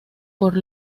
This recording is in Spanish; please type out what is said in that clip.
por